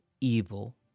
evil